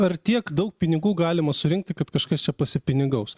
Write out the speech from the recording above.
ar tiek daug pinigų galima surinkti kad kažkas pasipinigaus